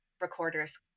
recorders